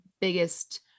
biggest